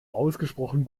ausgesprochen